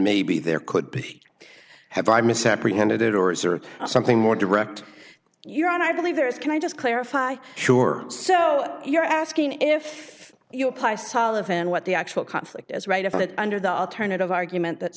maybe there could be had by misapprehended or is there something more direct your honor i believe there is can i just clarify sure so you're asking if you apply sullivan what the actual conflict is right if it under the alternative argument that